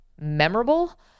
memorable